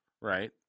Right